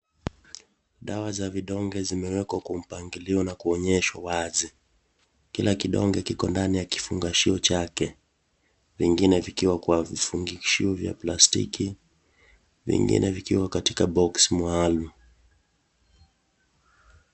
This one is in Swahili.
Dawa za vidonge zimewekwa Kwa mpangilio na kuonyeshwa wazi ,kila kidonge kiko katika kifungashio chake vingine vikiwa katika vifungukishio vya plastiki na vingine vikiwa katika box maalum.